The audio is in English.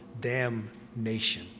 damnation